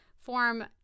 Form